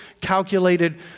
calculated